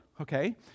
okay